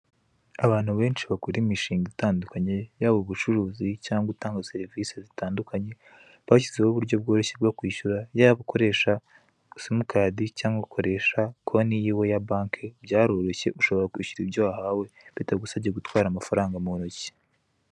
Abantu benshi bakora imishinga itandukanye, yaba ubucuruzi cyangwa gutanga serivise zitandukanye , bashyizeho uburyo bworoshye bwo kwishyura, yaba gukoresha simukadi cyangwa ugakoresha konti yiwe ya banki, byaroroshye ushobora kwishyura ibyo wahawe bitagusabye gutwara amafaranga mu ntoki .